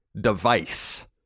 device